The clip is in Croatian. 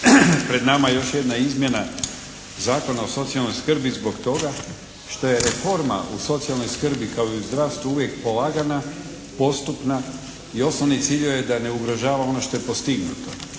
Pred nama je još jedna izmjena Zakona o socijalnoj skrbi zbog toga što je reforma u socijalnoj skrbi kao i u zdravstvu uvijek polagana, postupna i osnovni cilj joj je da ne ugrožava ono što je postignuto.